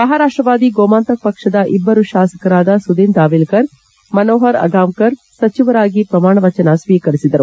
ಮಹಾರಾಪ್ಷವಾದಿ ಗೋಮಾಂತಕ್ ಪಕ್ಷದ ಇಬ್ಲರು ಶಾಸಕರಾದ ಸುದಿನ್ ದಾವಿಲ್ತರ್ ಮನೋಹರ್ ಅಗಾಂವ್ಕರ್ ಸಚಿವರಾಗಿ ಪ್ರಮಾಣ ವಚನ ಸ್ವೀಕರಿಸಿದರು